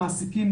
המעסיקים,